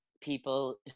people